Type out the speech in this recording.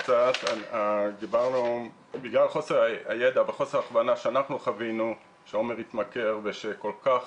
בגלל חוסר הידע וחוסר ההכוונה שאנחנו חווינו כשעומר התמכר ושהיינו כל כך